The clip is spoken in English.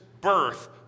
birth